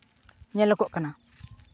ᱧᱮᱞᱚᱜᱚᱜ ᱠᱟᱱᱟ